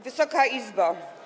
Wysoka Izbo!